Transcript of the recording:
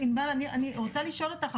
אני רוצה לשאול אותך,